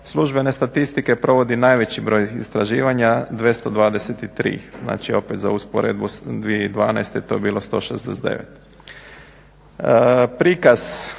službene statistike provodi najveći broj istraživanja 223, znači opet za usporedbu 2012. to bi bilo 169. Prikaz